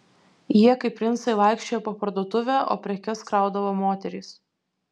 jie kaip princai vaikščiojo po parduotuvę o prekes kraudavo moterys